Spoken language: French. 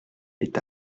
est